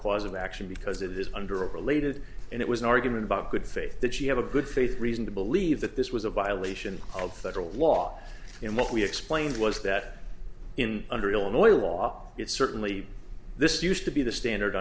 cause of action because of this under related and it was an argument about good faith that you have a good faith reason to believe that this was a violation of federal law and what we explained was that in under illinois law it certainly this used to be the standard